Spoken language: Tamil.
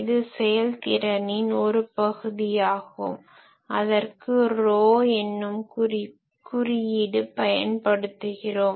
இது செயல்திறனின் ஒரு பகுதியாகும் அதற்கு ρ என்னும் குறியீடு பயன்படுத்துகிறோம்